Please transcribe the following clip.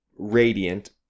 radiant